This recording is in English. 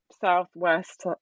southwest